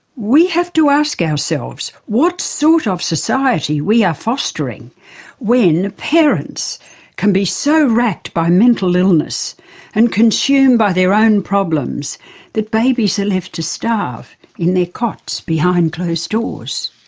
we have to ask ourselves what sort of society we are fostering when parents can be so racked by mental illness and consumed by their own problems that babies are left to starve in their cots, behind closed doors.